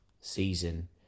season